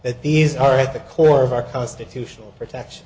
that these are at the core of our constitutional protection